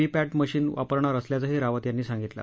V पॅट machine वापरणार असल्याचंही रावत यांनी सांगितलं